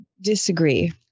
disagree